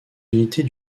unités